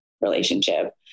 relationship